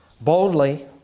boldly